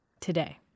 today